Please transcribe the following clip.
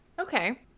Okay